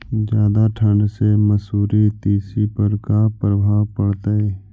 जादा ठंडा से मसुरी, तिसी पर का परभाव पड़तै?